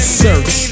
search